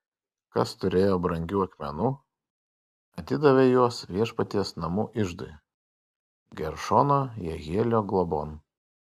kas turėjo brangių akmenų atidavė juos viešpaties namų iždui geršono jehielio globon